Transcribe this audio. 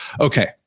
Okay